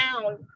down